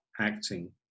acting